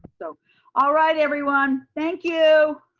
so all right, everyone thank you.